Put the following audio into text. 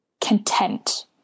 content